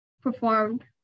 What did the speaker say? performed